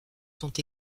sont